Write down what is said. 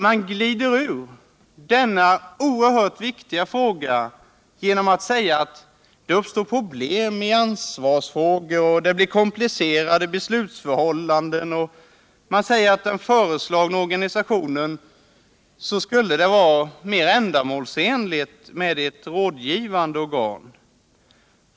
Man glider undan denna oerhört viktiga sak genom att säga att det uppstår problem i ansvarsfrågor och att det blir komplicerade beslutsförhållanden. Man säger också att i den föreslagna organisationen blir ett rådgivande organ mest ändamålsenligt.